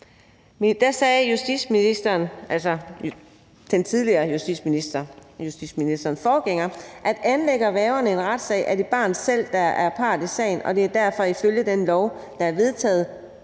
sagde på det samråd. Der sagde den tidligere justitsminister, altså justitsministerens forgænger, at anlægger værgerne en retssag, er det barnet selv, der er part i sagen, og det er derfor ifølge den lov, der er vedtaget